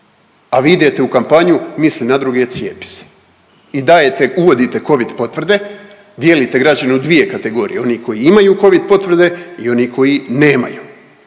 a vi idete u kampanju „Misli na druge, cijepi se“ i dajete, uvodite covid potvrde, dijelite građane u dvije kategorije, oni koji imaju covid potvrde i oni koji nemaju.